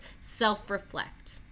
self-reflect